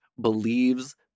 believes